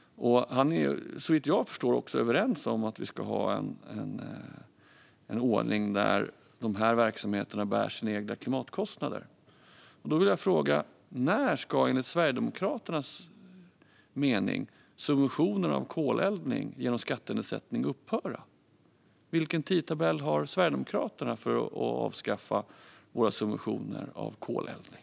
Han är, såvitt jag förstår, också överens om att det ska vara en ordning där dessa verksamheter bär sina egna klimatkostnader. När ska, enligt Sverigedemokraternas mening, subventioner av koleldning genom skattenedsättning upphöra? Vilken tidtabell har Sverigedemokraterna för att avskaffa våra subventioner av koleldning?